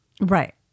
Right